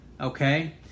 Okay